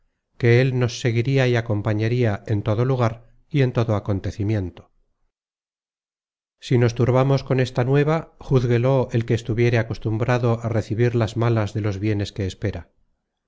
que él nos seguiria y acompañaria en todo lugar y en todo acontecimiento si nos turbamos con esta nueva juzguelo el que estuviere acostumbrado á recebirlas malas de los bienes que espera